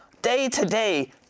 day-to-day